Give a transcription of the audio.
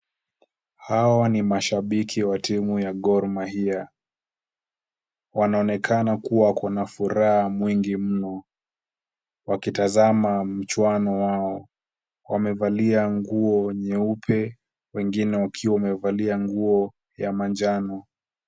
Hawa ni mashabiki wa timu ya Gor mahia. Wanaonekana kuwa wako na furaha mwingi mno wakitazama mchuano wao ,wamevalia nguo nyeupe wengine wakiwa wamevalia nguo ya manjano.